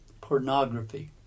pornography